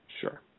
Sure